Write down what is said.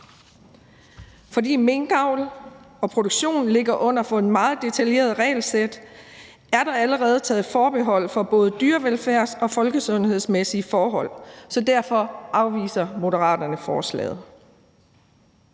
Fordi minkavl og produktion ligger under for et meget detaljeret regelsæt, er der allerede taget forbehold for både dyrevelfærds- og folkesundhedsmæssige forhold, og derfor afviser Moderaterne forslaget.